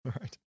right